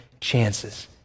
chances